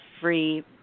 free